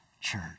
church